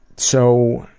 so